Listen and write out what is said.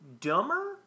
dumber